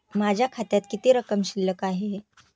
माझ्या खात्यात किती रक्कम शिल्लक आहे?